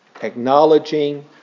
Acknowledging